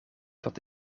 tot